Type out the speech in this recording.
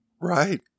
right